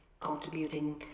contributing